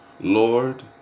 Lord